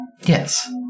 Yes